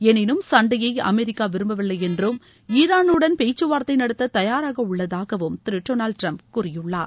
எனினும் சண்டையை அமெரிக்கா விரும்பவில்லை என்றும் ஈரானுடன் பேச்சுவார்த்தை நடத்த தயாராக உள்ளதாகவும் திரு டொனால்டு டிரம்ப் கூறியுள்ளார்